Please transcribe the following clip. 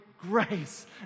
grace